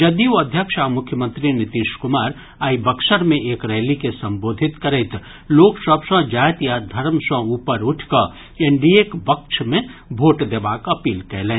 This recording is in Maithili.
जदयू अध्यक्ष आ मुख्यमंत्री नीतीश कुमार आइ बक्सर मे एक रैली के संबोधित करैत लोक सभ सँ जाति आ धर्म सँ ऊपर उठि कऽ एनडीएक पक्ष मे भोट देबाक अपील कयलनि